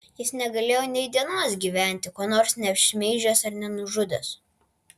jis negalėjo nei dienos gyventi ko nors neapšmeižęs ar nenužudęs